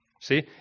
See